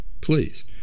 please